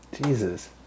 Jesus